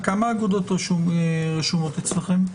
כמה אגודות רשומות אצלכם?